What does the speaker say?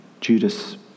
Judas